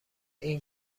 این